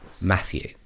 Matthew